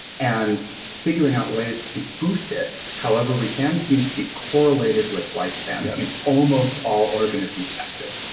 and figuring out ways to boost it however we can seems to be correlated with lifespan in almost all organisms tested.